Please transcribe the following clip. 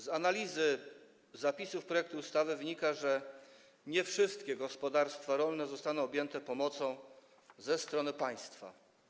Z analizy zapisów projektu ustawy wynika, że nie wszystkie gospodarstwa rolne zostaną objęte pomocą ze strony państwa.